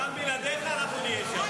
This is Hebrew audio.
לא צריך, גם בלעדיך אנחנו נהיה שם.